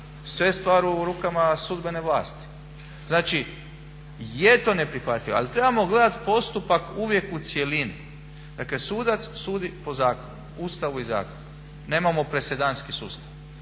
sve stvar u rukama sudbene vlasti. Znači je to neprihvatljivo ali trebamo gledati postupak uvijek u cjelini. Dakle sudac sudi po zakonu, ustavu i zakonu. Nemamo presedanski sustav.